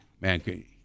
Man